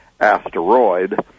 asteroid